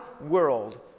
world